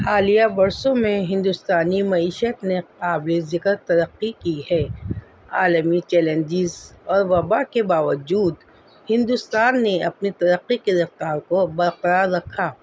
حالیہ برسوں میں ہندوستانی معیشت نے قابل ذکر ترقی کی ہے عالمی چیلنجز اور وباء کے باوجود ہندوستان نے اپنی ترقی کے رفتار کو برقرار رکھا